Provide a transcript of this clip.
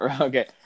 okay